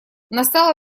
настало